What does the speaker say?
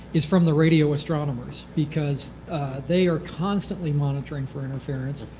is from the radio astronomers because they are constantly monitoring for interference.